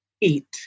eat